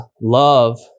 love